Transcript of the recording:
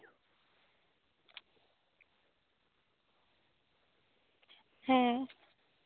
ᱦᱮᱸ